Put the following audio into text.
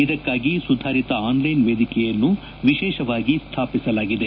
ಇದಕ್ಕಾಗಿ ಸುಧಾರಿತ ಆನ್ಲೈನ್ ವೇದಿಕೆಯನ್ನು ವಿಶೇಷವಾಗಿ ಸ್ಥಾಪಿಸಲಾಗಿದೆ